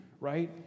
right